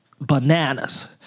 bananas